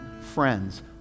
friends